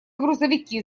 грузовики